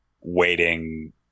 waiting